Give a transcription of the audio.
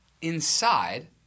inside